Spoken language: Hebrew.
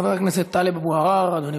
חבר הכנסת טלב אבו עראר, אדוני,